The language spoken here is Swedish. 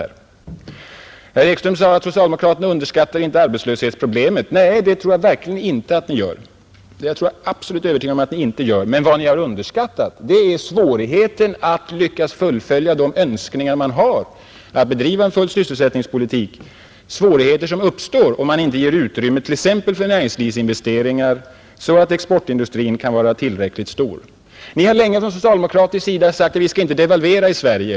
Herr Ekström sade att socialdemokraterna inte underskattar arbetslöshetsproblemet. Nej, det är jag absolut övertygad om att ni inte gör. Men vad ni har underskattat är svårigheten att lyckas fullfölja de önskningar man har om att bedriva en fullsysselsättningspolitik, svårigheter som uppstår om man inte ger utrymme t.ex. för näringslivsinvesteringar, så att exportindustrin kan vara tillräckligt stor. Ni har länge från socialdemokratisk sida sagt att vi inte skall devalvera i Sverige.